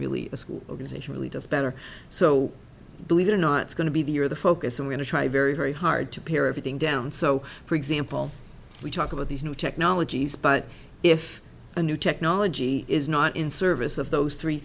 really a school organization really does better so believe it or not it's going to be the year the focus i'm going to try very very hard to pare everything down so for example we talk about these new technologies but if a new technology is not in service of those three